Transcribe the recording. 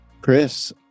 Chris